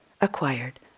acquired